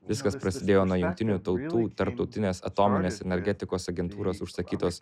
viskas prasidėjo nuo jungtinių tautų tarptautinės atominės energetikos agentūros užsakytos